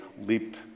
leap